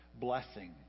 blessing